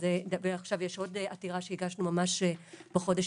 עכשיו יש עוד עתירה שהגשנו ממש בחודש